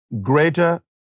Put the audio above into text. greater